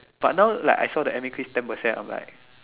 but now like I saw the M a quiz ten percent I'm like